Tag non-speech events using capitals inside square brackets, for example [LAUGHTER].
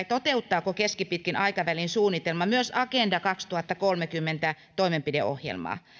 [UNINTELLIGIBLE] toteuttaako keskipitkän aikavälin suunnitelma myös agenda kaksituhattakolmekymmentä toimenpideohjelmaa